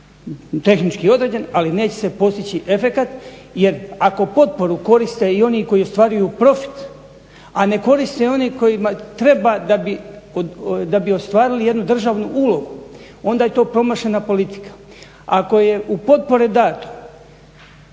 tehnički određen, ali neće se postići efekat jer ako potpore koriste i oni koji ostvaruju profit, a ne koriste oni kojima treba da bi ostvarili jednu državnu ulogu onda je to promašena politika. Ako je u potpore dato